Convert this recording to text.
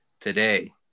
today